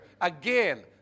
again